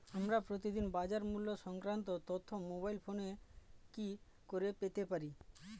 আমরা প্রতিদিন বাজার মূল্য সংক্রান্ত তথ্য মোবাইল ফোনে কি করে পেতে পারি?